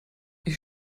ich